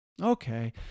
okay